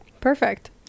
perfect